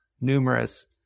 numerous